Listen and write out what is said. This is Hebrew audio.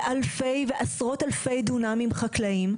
באלפי ועשרות אלפי דונמים חקלאיים,